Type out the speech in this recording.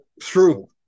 true